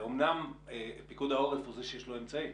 אומנם פיקוד העורף הוא זה שיש לו אמצעים,